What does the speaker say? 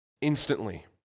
Instantly